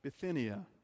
Bithynia